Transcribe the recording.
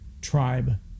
tribe